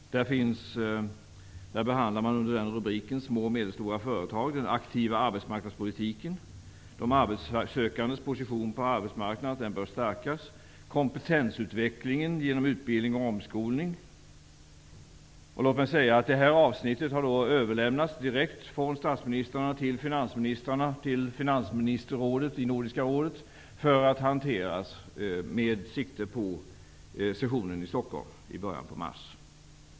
Under denna rubrik behandlas små och medelstora företag, den aktiva arbetsmarknadspolitiken, de arbetssökandes position på arbetsmarknaden, vilken bör stärkas, kompetensutvecklingen genom utbildning och omskolning. Detta avsnitt har överlämnats direkt från statsministrarna till Finansministerrådet inom Nordiska rådet för att behandlas med sikte på sessionen i Stockholm i början av mars.